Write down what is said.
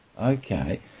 Okay